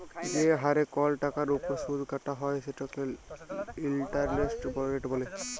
যে হারে কল টাকার উপর সুদ কাটা হ্যয় সেটকে ইলটারেস্ট রেট ব্যলে